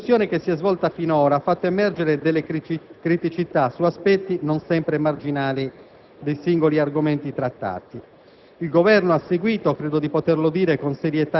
La discussione che si è svolta sinora ha fatto emergere delle criticità su aspetti non sempre marginali dei singoli argomenti trattati.